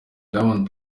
diamond